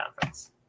Conference